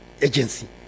Agency